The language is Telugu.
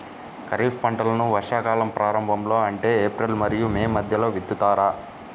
ఖరీఫ్ పంటలను వర్షాకాలం ప్రారంభంలో అంటే ఏప్రిల్ మరియు మే మధ్యలో విత్తుతారు